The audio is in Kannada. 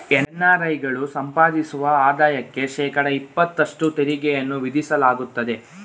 ಎನ್.ಅರ್.ಐ ಗಳು ಸಂಪಾದಿಸುವ ಆದಾಯಕ್ಕೆ ಶೇಕಡ ಇಪತ್ತಷ್ಟು ತೆರಿಗೆಯನ್ನು ವಿಧಿಸಲಾಗುತ್ತದೆ